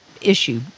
issue